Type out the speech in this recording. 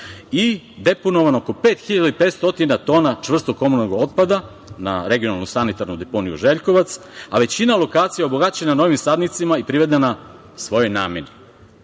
i deponovo oko 5.500 tona čvrstog komunalnog otpada na regionalnu sanitarnu deponiju Željkovac, a većina lokacija je obogaćena novim sadnicama i privedena svojoj